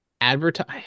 advertise